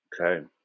Okay